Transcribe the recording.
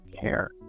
care